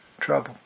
trouble